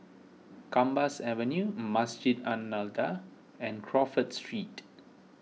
Gambas Avenue Masjid An Nahdhah and Crawford Street